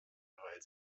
weil